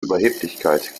überheblichkeit